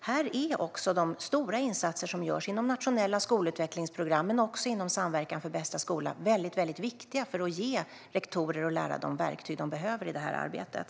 Här är de stora insatser som görs inom nationella skolutvecklingsprogram och också inom Samverkan för bästa skola väldigt viktiga för att ge rektorer och lärare de verktyg de behöver i det här arbetet.